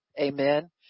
amen